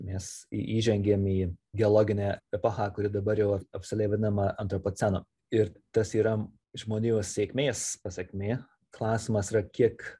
mes į įžengėm į geologinę epochą kuri dabar jau oficialiai vadinama antropocenu ir tas yra žmonijos sėkmės pasekmė klausimas yra kiek